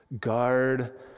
guard